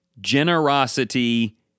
generosity